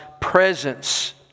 presence